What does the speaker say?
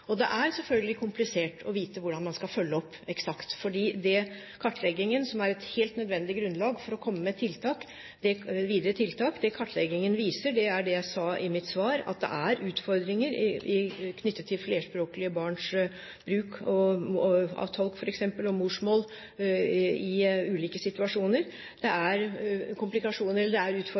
Det er selvfølgelig komplisert å vite hvordan man skal følge opp eksakt, fordi det kartleggingen – som er et helt nødvendig grunnlag for å komme med videre tiltak – viser, er, som jeg sa i mitt svar, at det er utfordringer knyttet til flerspråklige barns bruk av tolk, f.eks., og morsmål i ulike situasjoner. Det er